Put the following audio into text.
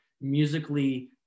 musically